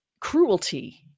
cruelty